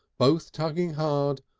both tugging hard,